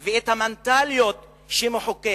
של המדינה ואת המנטליות שלפיה היא מחוקקת.